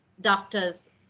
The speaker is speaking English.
doctors